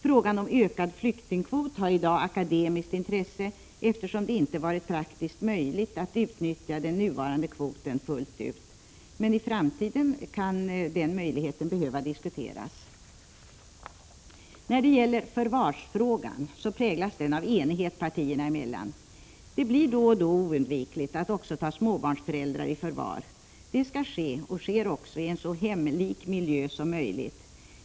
Frågan om ökad flyktingkvot har i dag akademiskt intresse, eftersom det inte varit praktiskt möjligt att utnyttja den nuvarande kvoten fullt ut, men i framtiden kan den möjligheten behöva diskuteras. Förvarsfrågan präglas av enighet partierna emellan. Det blir då och då oundvikligt att också ta småbarnsföräldrar i förvar. Det skall ske och sker också i en så hemlik miljö som möjligt.